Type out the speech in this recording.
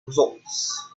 results